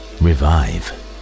revive